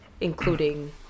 including